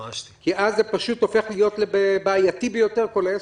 אז כל העסק הופך להיות בעייתי ביותר.